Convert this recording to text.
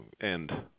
end